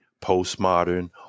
postmodern